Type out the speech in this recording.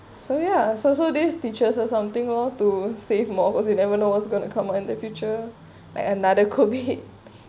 so ya so so this teaches or something lor to save more cause you never know what's going to come out in the future like another COVID